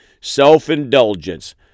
self-indulgence